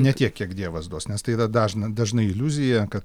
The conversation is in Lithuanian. ne tiek kiek dievas duos nes tai yra dažna dažna iliuzija kad